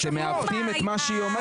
אתם מעוותים את מה שהיא אומרת.